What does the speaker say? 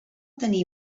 tenir